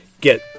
get